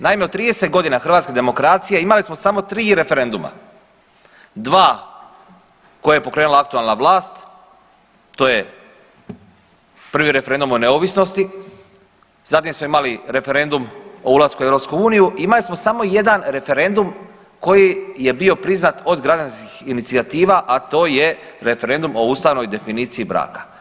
Naime u 30.g. hrvatske demokracije imali smo samo 3 referenduma, 2 koja je pokrenula aktualna vlast, to je prvi referendum o neovisnosti, zatim smo imali referendum o ulasku u EU, imali smo samo jedan referendum koji je bio priznat od građanskih inicijativa, a to je referendum o ustavnoj definiciji braka.